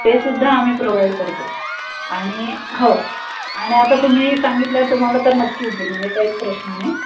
ते सुद्धा आम्ही प्रोव्हाईड करतो आणि हो आणि आता तुम्ही सांगितल्यावर तुम्हाला तर नक्कीच देईन म्हणजे काहीच प्रश्न नाही